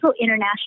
international